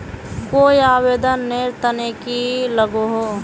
कोई आवेदन नेर तने की लागोहो?